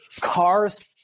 cars